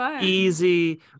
Easy